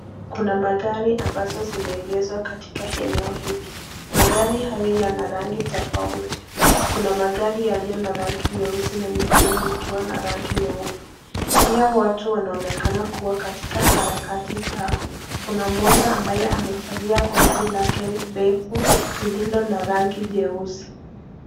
Kuna magari ambazo zimeegezwa katika eneo hili. Magari haya yana rangi tofauti. Kuna magari yaliyo na rangi nyeusi na nyingine ikiwa na rangi nyeupe. Pia watu wanaonekana kuwa katika harakati zao. Kuna mmoja ambaye amevalia koti lake refu lililo na rangi jeusi.